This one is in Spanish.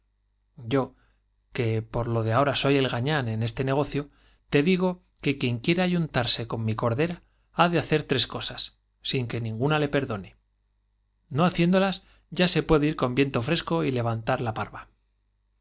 este que por lo de ahora soy el gañán dicie en este negocio te digo que quien quiera ayuntarse con cordera ha de hacer tres cosas sin que ninguna le ir viento perdone no haciéndolas ya se puede con fresco y levantar la paeva